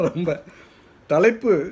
Talipu